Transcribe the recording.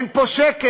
אין פה שקל,